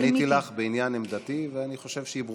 עניתי לך בעניין עמדתי, ואני חושב שהיא ברורה.